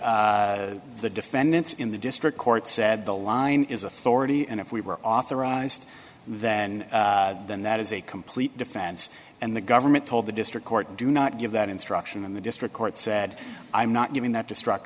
defendants in the district court said the line is authority and if we were authorized then then that is a complete defense and the government told the district court do not give that instruction in the district court said i'm not giving that destruct